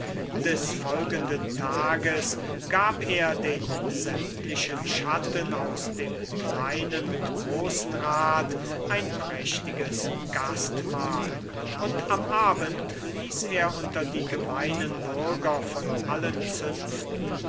des folgenden tages gab er den sämtlichen schatten aus dem kleinen und großen rat ein prächtiges gastmahl und am abend ließ er unter die gemeinen bürger von allen zünften